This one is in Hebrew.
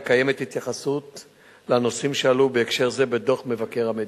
וקיימת התייחסות לנושאים שעלו בהקשר זה בדוח מבקר המדינה.